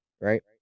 right